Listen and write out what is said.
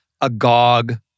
agog